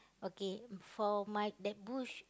okay for my that bush